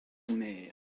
mais